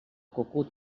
cucut